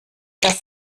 das